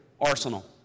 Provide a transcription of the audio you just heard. arsenal